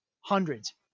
Hundreds